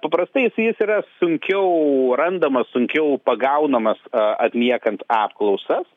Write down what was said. paprastai jis jis yra sunkiau randamas sunkiau pagaunamas atliekant apklausas